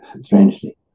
strangely